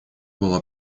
была